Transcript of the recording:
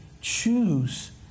choose